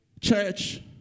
Church